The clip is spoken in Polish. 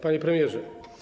Panie Premierze!